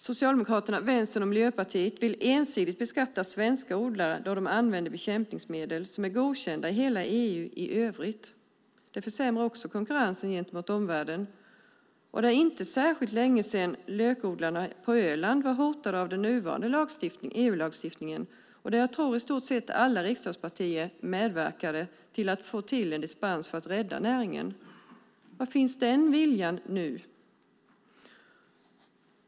Socialdemokraterna, Vänstern och Miljöpartiet vill ensidigt beskatta svenska odlare då de använder bekämpningsmedel som är godkända i hela EU i övrigt. Det försämrar också konkurrensen gentemot omvärlden. Det är inte särskilt länge sedan lökodlingarna på Öland var hotade av den nuvarande EU-lagstiftningen. Jag tror att i stort sett alla riksdagspartier medverkade till att få till en dispens för att rädda den näringen. Var finns den viljan nu?